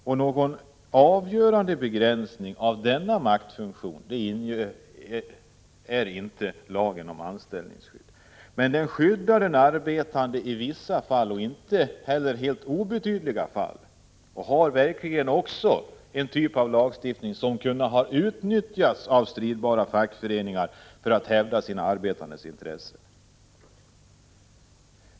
Lagen om anställningsskydd innebär inte någon avgörande begränsning av denna maktfunktion, men skyddar de arbetande i vissa — och inte heller helt obetydliga — fall. Det är också en lag som verkligen har kunnat utnyttjas av stridbara fackföreningar när det har gällt att hävda medlemmarnas intressen.